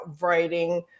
writing